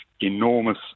enormous